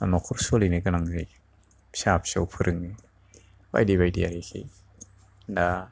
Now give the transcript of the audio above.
नखर सोलिनो गोनां जायो फिसा फिसौ फोरोङो बायदि बायदियैसै दा आह